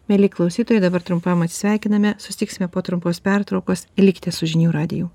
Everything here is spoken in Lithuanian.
mieli klausytojai dabar trumpam atsisveikiname susitiksime po trumpos pertraukos likite su žinių radiju